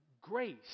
grace